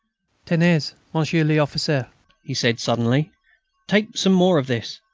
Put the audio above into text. tenez, monsieur l'officier, he said suddenly take some more of this.